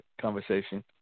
conversation